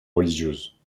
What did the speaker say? religieuses